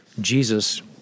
Jesus